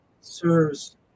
serves